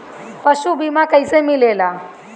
पशु बीमा कैसे मिलेला?